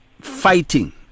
fighting